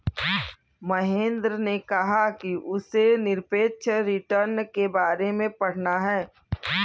महेंद्र ने कहा कि उसे निरपेक्ष रिटर्न के बारे में पढ़ना है